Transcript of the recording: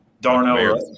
Darnell